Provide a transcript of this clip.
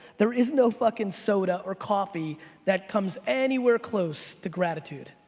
there is no fucking soda or coffee that comes anywhere close to gratitude.